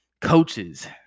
Coaches